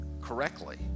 correctly